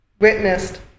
witnessed